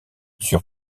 sur